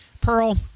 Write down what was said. Pearl